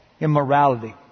immorality